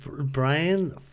Brian